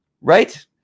right